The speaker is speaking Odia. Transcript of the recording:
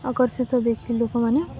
ଆକର୍ଷିତ ଦେଖି ଲୋକମାନେ